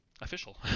official